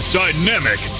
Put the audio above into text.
dynamic